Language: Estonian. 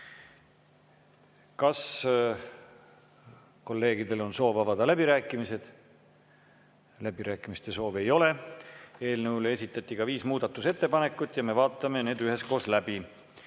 Kas kolleegidel on soov avada läbirääkimised? Läbirääkimiste soovi ei ole. Eelnõu kohta esitati viis muudatusettepanekut ja me vaatame need üheskoos läbi.